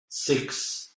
six